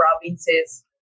provinces